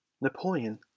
Napoleon